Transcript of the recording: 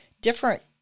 different